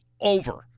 over